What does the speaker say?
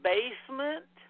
Basement